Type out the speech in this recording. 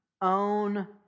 own